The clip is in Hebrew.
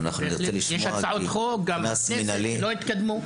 יש גם הצעות חוק בכנסת שלא התקדמו.